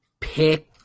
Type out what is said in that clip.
pick